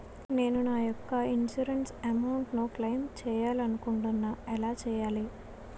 నేను నా యెక్క ఇన్సురెన్స్ అమౌంట్ ను క్లైమ్ చేయాలనుకుంటున్నా ఎలా చేయాలి?